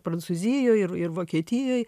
prancūzijoj ir ir vokietijoj